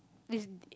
this